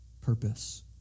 purpose